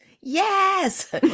Yes